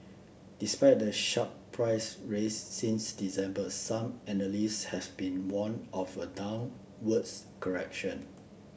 despite the sharp price raise since December some analysts has been warn of a downwards correction